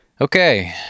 Okay